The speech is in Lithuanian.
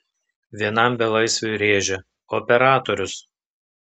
vienam belaisviui rėžia operatorius